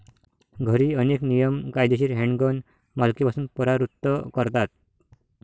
घरी, अनेक नियम कायदेशीर हँडगन मालकीपासून परावृत्त करतात